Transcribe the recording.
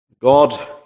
God